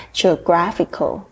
geographical